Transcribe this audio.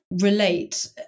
relate